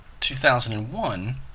2001